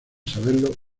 saberlo